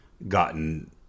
gotten